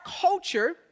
culture